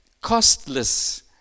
costless